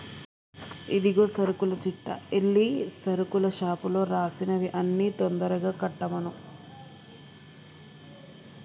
ఇదిగో సరుకుల చిట్టా ఎల్లి సరుకుల షాపులో రాసినవి అన్ని తొందరగా కట్టమను